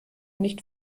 nicht